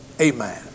Amen